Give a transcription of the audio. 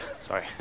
Sorry